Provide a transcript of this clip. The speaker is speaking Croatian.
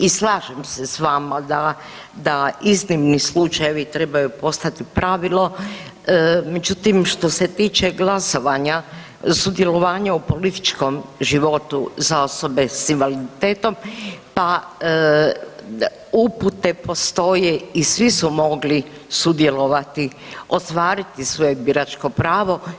I slažem se s vama da, da iznimni slučajevi trebaju postati pravilo, međutim što se tiče glasovanja, sudjelovanja u političkom životu za osobe s invaliditetom pa upute postoje i svi su mogli sudjelovati, ostvariti svoje biračko pravo.